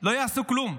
לא יעשו כלום.